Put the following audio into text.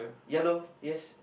yalor yes